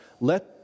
Let